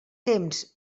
temps